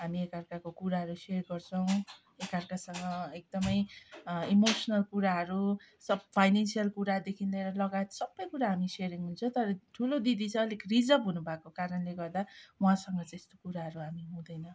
हामी एकाअर्काको कुराहरू सेयर गर्छौँ एकअर्कासँग एकदमै इमोसनल कुराहरू सब फाइनन्सियल कुरादेखि लिएर लगायत सबै कुरा हामी सेयरिङ हुन्छ तर ठुलो दिदी चाहिँ अलिक रिजर्भ हुनुभएको कारणले गर्दा उहाँसँग चाहिँ यस्तो कुराहरू हामी हुँदैन